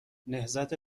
نهضت